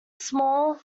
small